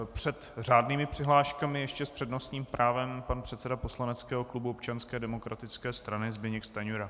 Před řádnými přihláškami ještě s přednostním právem pan předseda poslaneckého klubu Občanské demokratické strany Zbyněk Stanjura.